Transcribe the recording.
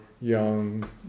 young